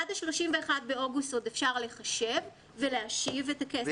עד ה-31 באוגוסט עוד אפשר לחשב ולהשיב את הכסף.